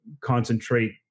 concentrate